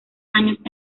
años